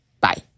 Bye